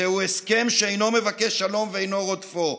זהו הסכם שאינו מבקש שלום ואינו רודפו.